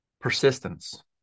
Persistence